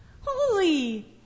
Holy